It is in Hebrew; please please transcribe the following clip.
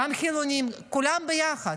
כולם ביחד,